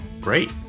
great